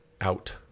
out